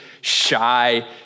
shy